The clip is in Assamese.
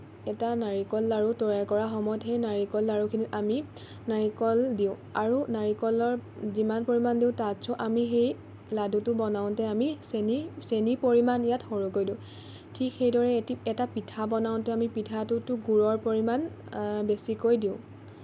এটা নাৰিকল লাড়ু তৈয়াৰ কৰা সময়ত সেই নাৰিকল লাড়ু আমি নাৰিকল দিওঁ আৰু নাৰিকলৰ যিমান পৰিমাণ দিওঁ তাতচেও সেই লাডুটো বনাওঁতে আমি সেই চেনী চেনী পৰিমাণ ইয়াত সৰহকৈ দিওঁ ঠিক সেইদৰে এটি এটা পিঠা বনাওঁতেও আমি পিঠাটোত গুড়ৰ পৰিমাণ বেছিকৈ দিওঁ